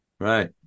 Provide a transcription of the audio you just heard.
Right